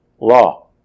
law